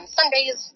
Sundays